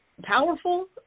Powerful